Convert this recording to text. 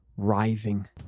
writhing